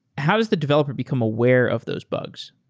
how does the developer become aware of those bugs?